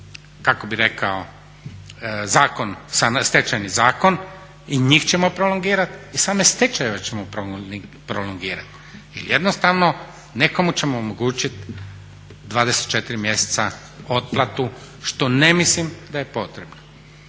kako bi rekao Stečajni zakon, i njih ćemo prolongirati i same stečaje ćemo prolongirat. Jer jednostavno nekomu ćemo omogućiti dvadeset četiri mjeseca otplatu što ne mislim da je potrebno.